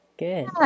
good